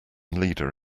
leader